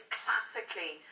classically